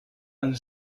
een